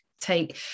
take